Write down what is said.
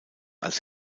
als